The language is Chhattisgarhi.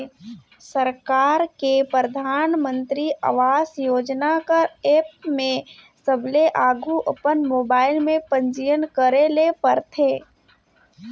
सरकार के परधानमंतरी आवास योजना कर एप में सबले आघु अपन मोबाइल में पंजीयन करे ले परथे